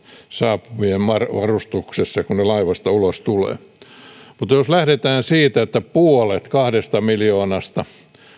saapuvien varustuksessa kun he laivasta ulos tulevat mutta jos lähdetään siitä että puolet kahdesta miljoonasta